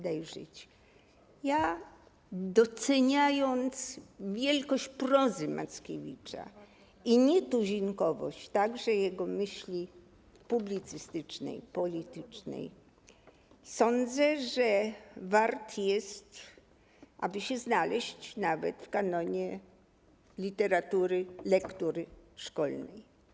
Doceniając wielkość prozy Mackiewicza i nietuzinkowość także jego myśli publicystycznej, politycznej, sądzę, że wart jest, aby się znaleźć nawet w kanonie literatury, lektury szkolnej.